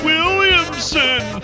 Williamson